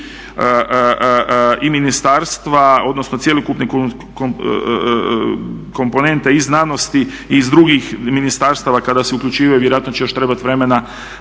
i ministarstva odnosno cjelokupna komponenta i znanosti i iz drugih ministarstava kada se uključivaju. Vjerojatno će još trebat vremena